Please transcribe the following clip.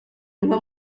inka